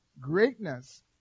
greatness